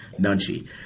Nunchi